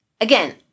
Again